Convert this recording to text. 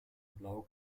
blau